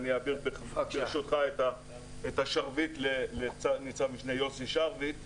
אני אעביר ברשותך את השרביט לניצב משנה יוסי שרביט.